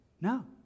No